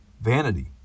vanity